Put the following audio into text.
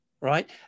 right